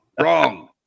Wrong